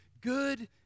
good